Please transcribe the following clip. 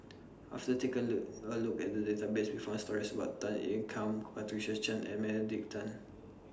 after taking A A Look At The Database We found stories about Tan Ean Kiam Patricia Chan and Benedict Tan